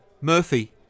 Murphy